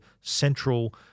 central